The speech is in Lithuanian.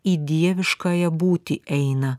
į dieviškąją būtį eina